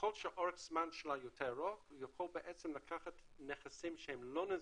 ככל שאורך הזמן שלה יותר ארוך הוא יכול לקחת נכסים לא נזילים,